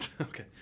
Okay